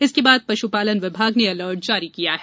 इसके बाद पशुपालन विभाग ने अलर्ट जारी किया है